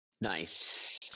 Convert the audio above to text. Nice